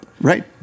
Right